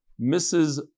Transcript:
Mrs